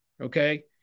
Okay